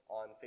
on